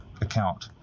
account